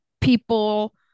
people